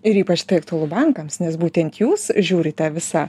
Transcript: ir ypač tai aktualu bankams nes būtent jūs žiūrite visą